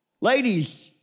Ladies